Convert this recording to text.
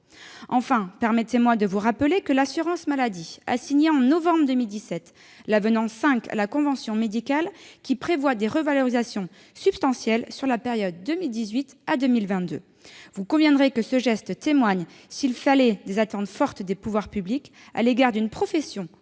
Enfin, permettez-moi de vous rappeler que l'assurance maladie a signé, en novembre 2017, l'avenant 5 à la convention médicale qui prévoit des revalorisations substantielles sur la période 2018 à 2022. Vous conviendrez que ce geste témoigne, s'il fallait, des attentes fortes des pouvoirs publics à l'égard d'une profession qui joue